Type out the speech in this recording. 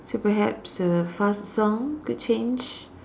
so perhaps a fast song to change